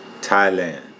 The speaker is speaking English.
Thailand